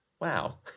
wow